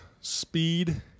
speed